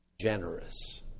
generous